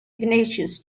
ignatius